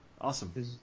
Awesome